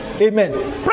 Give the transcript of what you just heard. amen